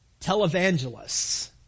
televangelists